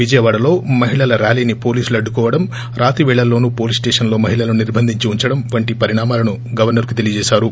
విజయవాడలో మహిళల ర్యాలీని పోలీసులు అడ్డుకోవడం రాత్రిపేళల్లో నూ పోలీస్స్లేషన్లో మహిళలను నిర్బంధించి ఉంచడం వంటి పరిణామాలను గవర్సర్కు తెలీయజేశారు